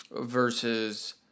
versus